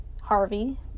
Harvey